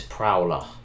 Prowler